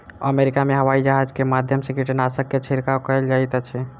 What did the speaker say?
America में हवाईजहाज के माध्यम से कीटनाशक के छिड़काव कयल जाइत अछि